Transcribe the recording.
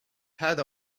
had